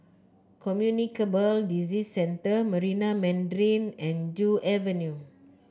Communicable Disease Center Marina Mandarin and Joo Avenue